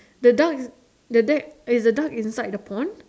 the duck the duck is the duck inside the pond